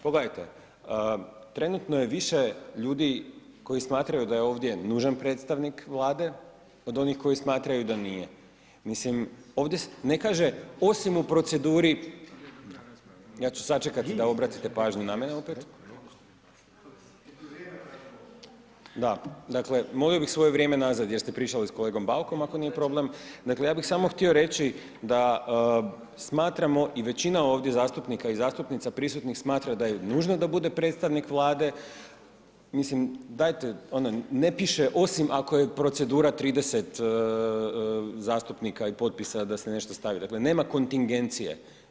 Pogledajte, trenutno je više ljudi koji smatraju da ovdje nužan predstavnik Vlade od onih koji smatraju da nije, mislim, ovdje se ne kaže osim proceduri, ja ću sačekat da obratite pažnju na mene opet, da, dakle molio bi svoje vrijeme nazad jer ste pričali sa kolegom Baukom ako nije problem, dakle ja bi samo htio reći da smatramo i većina ovdje zastupnika i zastupnica prisutnih smatra da je nužno da bude predstavnike Vlade, mislim dajte, ne piše osim ako je procedura 30 zastupnika i potpisa da se nešto stavi, dakle nema kontingencije.